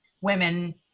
women